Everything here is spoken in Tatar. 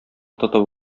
тотып